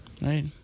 Right